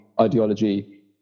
ideology